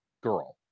girl